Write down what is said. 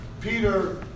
Peter